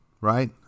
right